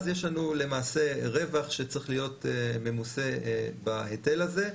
אז יש לנו למעשה רווח שצריך להיות ממוסה בהיטל הזה.